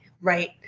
right